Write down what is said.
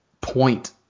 point